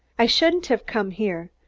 i shouldn't have come here,